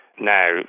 Now